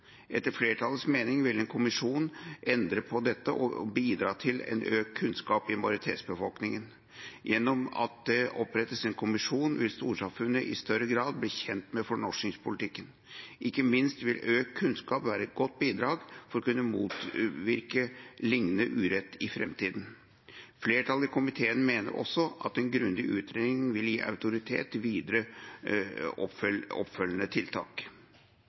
Etter flertallets mening vil en kommisjon endre på dette og bidra til økt kunnskap i majoritetsbefolkningen. Ved at det opprettes en kommisjon vil storsamfunnet i større grad bli kjent med fornorskingspolitikken. Ikke minst vil økt kunnskap være et godt bidrag for å kunne motvirke lignende urett i framtiden. Flertallet i komiteen mener også at en grundig utredning vil gi autoritet til videre oppfølgende tiltak.